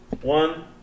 One